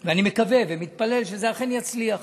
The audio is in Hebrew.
ואני מקווה ומתפלל שזה אכן יצליח.